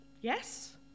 Yes